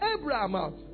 Abraham